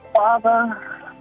Father